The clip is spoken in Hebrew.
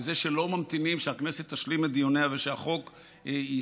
בזה שלא ממתינים שהכנסת תשלים את דיוניה ושהחוק יסתיים.